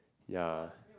ya